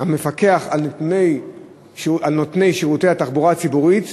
המפקח על נותני שירותי התחבורה הציבורית,